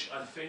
יש אלפי